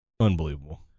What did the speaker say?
unbelievable